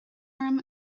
orm